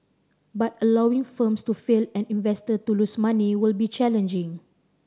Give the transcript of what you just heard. but allowing firms to fail and investor to lose money will be challenging